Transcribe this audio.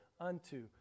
unto